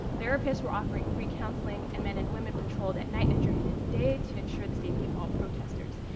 therapists were offering free counseling, and men and women patrolled at night and during the day to ensure the safety of all protesters.